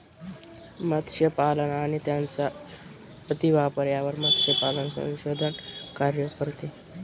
मत्स्यपालन आणि त्यांचा अतिवापर यावर मत्स्यपालन संशोधन कार्य करते